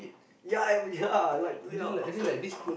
ya we ya we yeah I was like